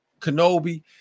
Kenobi